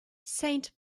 saint